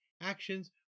actions